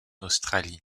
australie